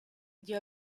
gli